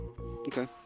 Okay